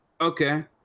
Okay